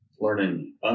learning